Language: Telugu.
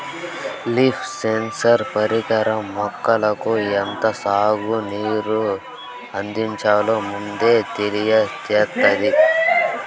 లీఫ్ సెన్సార్ పరికరం మొక్కలకు ఎంత సాగు నీళ్ళు అందించాలో ముందే తెలియచేత్తాది